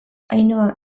ainhoa